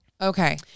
okay